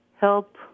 help